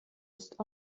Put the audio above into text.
ist